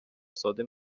ساده